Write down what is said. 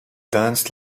danced